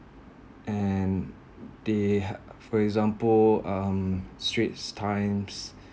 and they ha~ for example um straits times